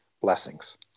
blessings